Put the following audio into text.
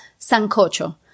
sancocho